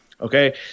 Okay